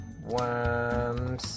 One